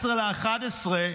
ב-14 בנובמבר,